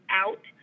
out